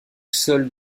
seul